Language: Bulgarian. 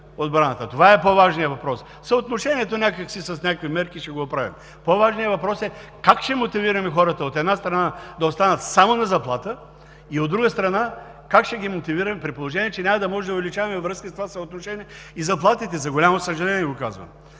Това е по-важният въпрос. Съотношението някак си с някакви мерки ще го оправим. По-важният въпрос е: как ще мотивираме хората, от една страна, да останат само на заплата и, от друга страна, как ще ги мотивираме – при положение че няма да може да увеличаваме връзките с това съотношение, и заплатите, за голямо съжаление го казвам,